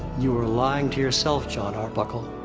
you are lying to yourself, jon arbuckle.